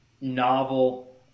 novel